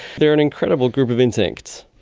they are an incredible group of insects.